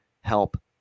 help